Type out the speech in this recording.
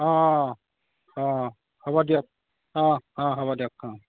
অঁ অঁ অঁ অঁ হ'ব দিয়ক অঁ অঁ হ'ব দিয়ক অঁ